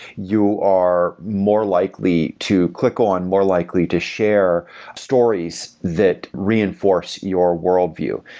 you are more likely to click on, more likely to share stories that reinforce your worldview.